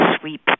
sweep